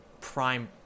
prime